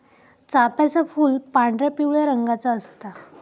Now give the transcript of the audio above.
चाफ्याचा फूल पांढरा, पिवळ्या रंगाचा असता